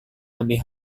lebih